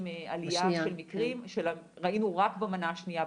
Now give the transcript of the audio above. עלייה של מקרים שראינו רק במנה השנייה,